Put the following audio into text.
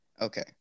Okay